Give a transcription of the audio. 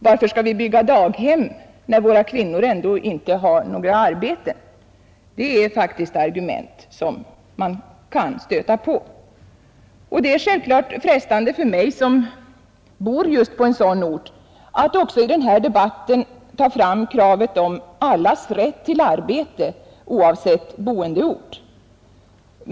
Varför skall vi bygga daghem när våra kvinnor ändå inte har några arbeten? — det är faktiskt argument som man kan stöta på. Det är självfallet frestande för mig, som bor just på en sådan ort, att också i den här debatten ta fram kravet på allas rätt till arbete oavsett boendeort.